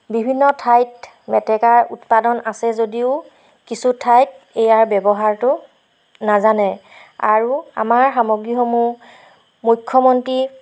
বিভিন্ন ঠাইত মেটেকাৰ উৎপাদন আছে যদিও কিছু ঠাইত ইয়াৰ ব্যৱহাৰটো নাজানে আৰু আমাৰ সামগ্ৰীসমূহ মুখ্যমন্ত্ৰী